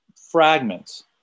fragments